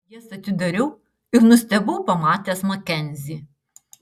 jas atidariau ir nustebau pamatęs makenzį